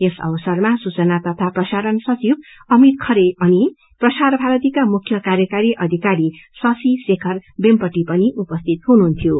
यस अवसरमा सूचना तथा प्रसारण सचिव अमित खरे अनि प्रसार भारतीका मुख्य काग्रकारी अधिकारी शशि शेखर वेम्पछि पनि उपसिति हुनुहुन्थ्यो